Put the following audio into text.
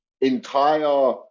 entire